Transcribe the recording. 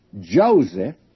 Joseph